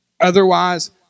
Otherwise